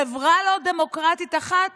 חברה לא דמוקרטית אחת,